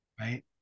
Right